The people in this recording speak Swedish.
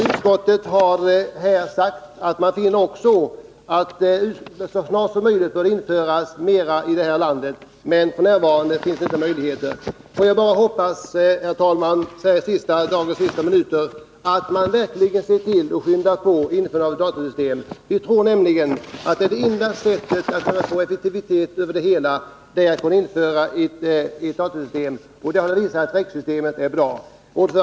Utskottet har också sagt att datorsystem så snart som möjligt bör införas på flera håll i landet men att det f. n. inte finns möjligheter att göra det. Får jag bara uttrycka förhoppningen, herr talman, att man verkligen skyndar på införandet av datorsystem. Vi tror nämligen att det är det enda sättet att få effektivitet i arbetet. REX-systemet har också visat sig vara bra. Herr talman!